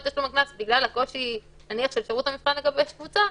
תשלום הקנס בגלל הקושי של שירות המבחן לגבש קבוצה,